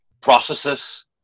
processes